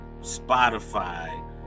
Spotify